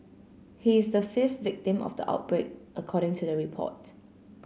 he is the fifth victim of the outbreak according to the report